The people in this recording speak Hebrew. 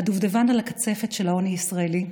הדובדבן על הקצפת של העוני הישראלי,